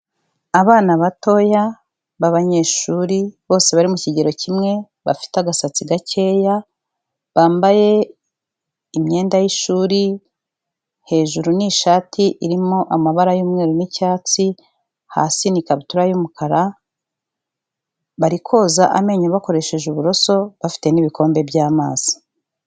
Abana batoya b'abanyeshuri, bose bari mu kigero kimwe, bafite agasatsi gakeya, bambaye imyenda y'ishuri, hejuru ni ishati irimo amabara y'umweru n'icyatsi, hasi ni ikabutura y'umukara, bari koza amenyo bakoresheje uburoso, bafite n'ibikombe by'amazi.